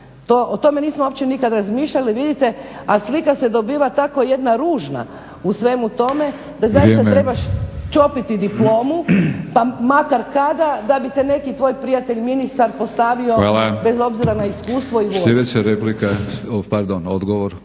O tome nismo uopće nikad razmišljali. A slika se dobiva tako jedna ružna u svemu tome da zaista trebaš čopiti diplomu pa makar kada da bi te neki tvoj prijatelj ministar postavio bez obzira na iskustvo i volju.